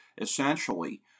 essentially